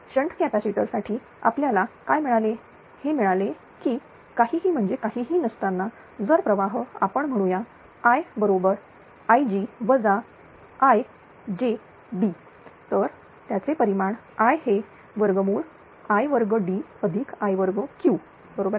shunt capacitor साठी आपल्याला काय मिळाले हे मिळाले की काहीही म्हणजे काहीही नसताना जर प्रवाह आपण म्हणू या I बरोबर iq ijd तर त्याचे परिमाण I हे i2d i2q बरोबर आहे